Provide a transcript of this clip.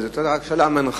וזאת היתה רק שאלה מנחה,